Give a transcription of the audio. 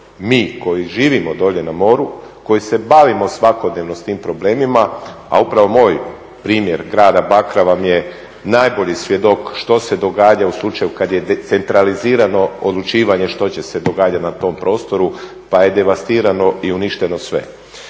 Mi koji živimo dolje na moru, koji se bavimo svakodnevno s tim problemima, a upravo moj primjer grada Bakra vam je najbolji svjedok što se događa u slučaju kada je centralno odlučivanje što će se događati na tom prostoru pa je devastirano i uništeno sve.